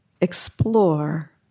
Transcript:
explore